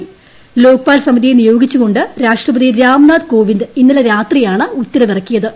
G Lokpal സമിതിയെ നിയോഗിച്ചുകൊണ്ട് രാഷ്ട്രപതി രാംനാഥ് കോവിന്ദ് ഇന്നലെ രാത്രിയാണ് ഉത്തരവിറക്കിയത്